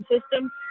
system